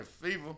Fever